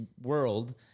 world